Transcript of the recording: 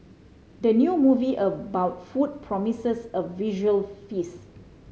the new movie about food promises a visual feast